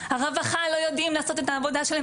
הרווחה לא יודעים לעשות את העבודה שלהם,